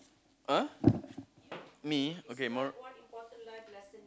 uh me okay moral